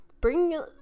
bring